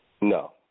No